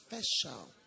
special